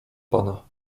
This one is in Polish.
pana